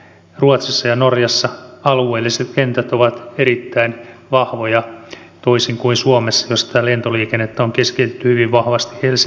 ruotsissa ja norjassa alueelliset kentät ovat erittäin vahvoja toisin kuin suomessa jossa lentoliikennettä on keskitetty hyvin vahvasti helsingin ympärille